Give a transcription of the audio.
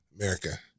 America